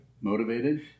Motivated